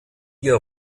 ihr